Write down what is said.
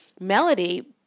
Melody